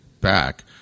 Back